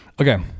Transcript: Okay